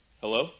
Hello